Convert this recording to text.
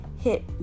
Hit